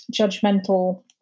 judgmental